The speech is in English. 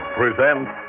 presents